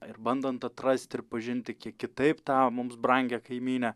ir bandant atrasti ir pažinti kiek kitaip tą mums brangią kaimynę